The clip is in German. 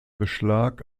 beschlag